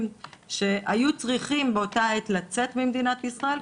שהיו צריכים באותה העת לצאת ממדינת ישראל,